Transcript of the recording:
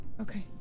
Okay